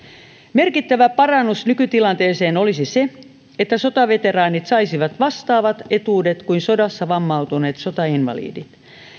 merkittävä parannus nykytilanteeseen olisi se että sotaveteraanit saisivat vastaavat etuudet kuin sodassa vammautuneet sotainvalidit